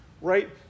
right